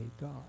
God